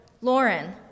Lauren